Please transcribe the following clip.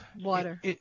Water